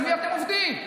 על מי אתם עובדים?